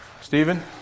Stephen